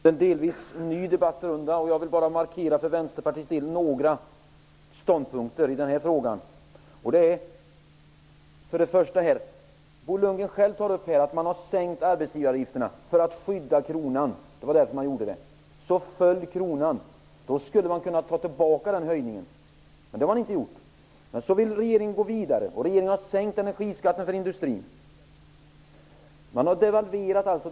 Herr talman! Vi har nu en delvis ny debattrunda. Jag vill då för Vänsterpartiets del markera några ståndpunkter i denna fråga. Bo Lundgren tar själv upp att man sänkt arbetsgivaravgifterna för att skydda den svenska kronan. Sedan föll kronkursen. Då skulle man kunna ta tillbaka den höjningen. Men det har man inte gjort. Regeringen vill i stället gå vidare. Regeringen har sänkt energiskatten för industrin. Man har de facto devalverat.